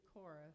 chorus